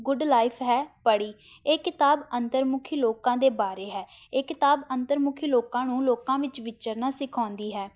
good life ਹੈ ਪੜ੍ਹੀ ਇਹ ਕਿਤਾਬ ਅੰਤਰਮੁਖੀ ਲੋਕਾਂ ਦੇ ਬਾਰੇ ਹੈ ਇਹ ਕਿਤਾਬ ਅੰਤਰਮੁਖੀ ਲੋਕਾਂ ਨੂੰ ਲੋਕਾਂ ਵਿੱਚ ਵਿਚਰਨਾ ਸਿਖਾਉਂਦੀ ਹੈ